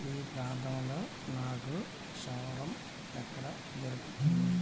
ఈ ప్రాంతంలో నాకు షవరం ఎక్కడ దొరుకుతుంది